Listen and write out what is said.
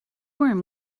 worm